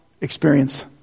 experience